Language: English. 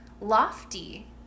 lofty